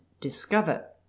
DISCOVER